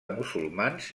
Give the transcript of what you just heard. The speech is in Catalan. musulmans